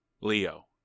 Leo